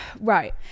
Right